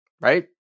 right